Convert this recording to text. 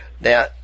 Now